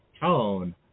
tone